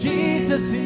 Jesus